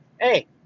hey